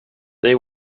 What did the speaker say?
they